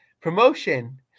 promotion